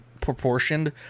proportioned